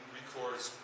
records